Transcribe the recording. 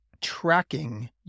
tracking